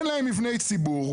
אין להם מבני ציבור.